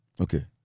okay